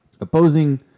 opposing